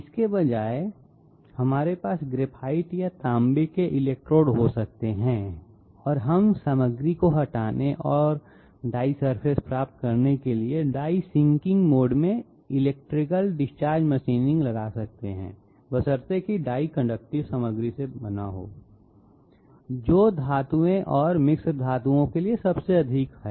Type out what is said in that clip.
इसके बजाय हमारे पास ग्रेफाइट या तांबे के इलेक्ट्रोड हो सकते हैं और हम सामग्री को हटाने और डाई सरफेस प्राप्त करने के लिए डाई सिंकिंग मोड में इलेक्ट्रिकल डिस्चार्ज मशीनिंग लगा सकते हैं बशर्ते कि डाई कंडक्टिव सामग्री से बना हो जो धातुओं और मिश्र धातुओं के लिए सबसे अधिक है